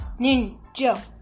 Ninja